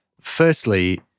Firstly